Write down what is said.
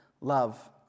love